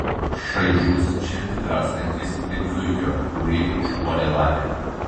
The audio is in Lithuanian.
šaižus širdį draskantis lyg zuikio kurį užpuolė lapė